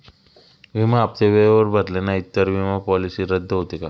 विमा हप्ते वेळेवर भरले नाहीत, तर विमा पॉलिसी रद्द होते का?